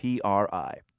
PRI